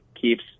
keeps